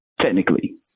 technically